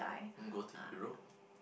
go to Europe